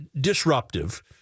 disruptive